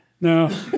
No